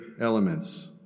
elements